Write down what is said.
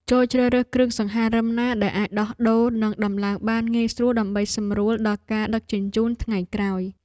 ចូរជ្រើសរើសគ្រឿងសង្ហារិមណាដែលអាចដោះដូរនិងដំឡើងបានងាយស្រួលដើម្បីសម្រួលដល់ការដឹកជញ្ជូនថ្ងៃក្រោយ។